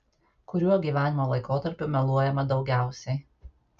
kuriuo gyvenimo laikotarpiu meluojama daugiausiai